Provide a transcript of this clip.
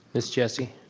ms. jessie?